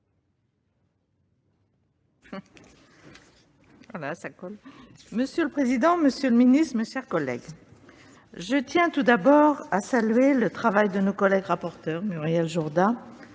Monsieur le président, monsieur le secrétaire d'État, mes chers collègues, je tiens tout d'abord à saluer le travail de nos rapporteurs, Muriel Jourda,